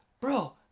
Bro